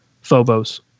Phobos